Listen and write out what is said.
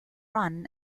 run